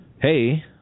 Hey